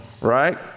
right